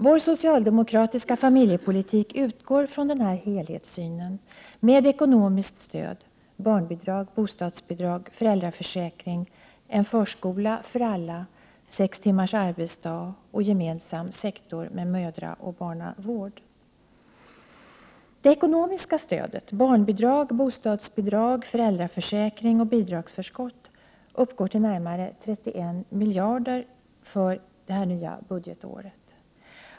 Vår socialdemokratiska familjepolitik utgår från denna helhetssyn med ekonomiskt stöd, dvs. barnbidrag, bostadsbidrag, föräldraförsäkring, en förskola för alla, sex timmars arbetsdag och en gemensam sektor med mödraoch barnavård. Det ekonomiska stödet med barnbidrag, bostadsbidrag, föräldraförsäkring och bidragsförskott uppgår till närmare 31 miljarder kronor för det nya budgetåret.